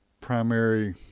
primary